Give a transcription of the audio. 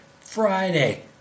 Friday